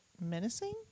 menacing